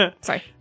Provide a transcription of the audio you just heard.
Sorry